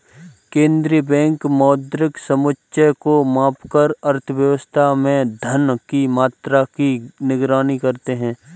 केंद्रीय बैंक मौद्रिक समुच्चय को मापकर अर्थव्यवस्था में धन की मात्रा की निगरानी करते हैं